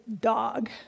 dog